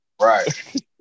Right